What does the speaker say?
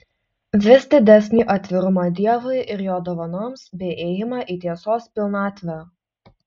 vis didesnį atvirumą dievui ir jo dovanoms bei ėjimą į tiesos pilnatvę